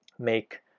make